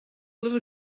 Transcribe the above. little